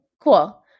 Cool